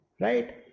right